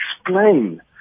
explain